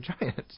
Giants